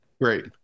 Great